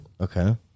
Okay